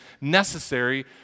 necessary